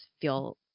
feel